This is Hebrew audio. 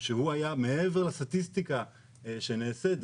שהוא היה מעבר לסטטיסטיקה שנעשית.